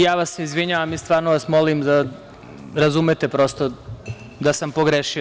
Ja vam se izvinjavam i stvarno vas molim da razumete, prosto, da sam pogrešio.